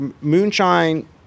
moonshine